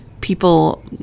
people